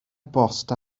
bost